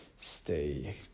stay